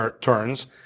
turns